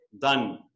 done